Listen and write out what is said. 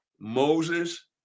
moses